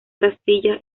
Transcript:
castilla